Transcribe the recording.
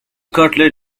cutlet